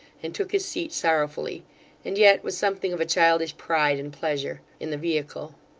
and took his seat sorrowfully and yet with something of a childish pride and pleasure in the vehicle.